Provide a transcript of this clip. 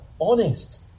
honest